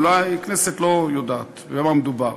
כי אולי הכנסת לא יודעת במה מדובר: